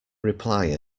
reply